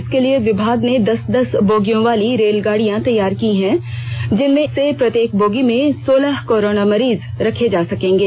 इसके लिए विभाग ने दस दस बोगियों वाली रेलगाड़ियां तैयार की हैं जिनमें से प्रत्येक बोगी में सोलह कोरोना मरीज रखे जा सकेंगे